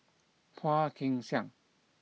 Phua Kin Siang